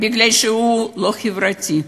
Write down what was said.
כי הוא לא חברתי,